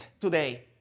today